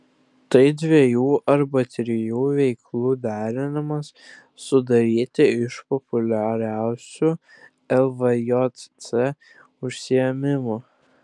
tai dviejų arba trijų veiklų deriniai sudaryti iš populiariausių lvjc užsiėmimų